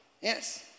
Yes